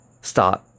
stop